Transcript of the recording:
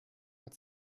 hat